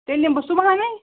تیلہِ یِمہٕ بہٕ صبحنٕے